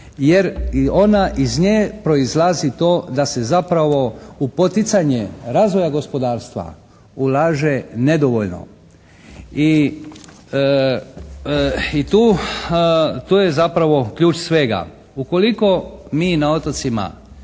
jer i ona, iz nje proizlazi to da se zapravo u poticanje razvoja gospodarstva ulaže nedovoljno. I, i tu je zapravo ključ svega. Ukoliko mi na otocima